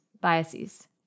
biases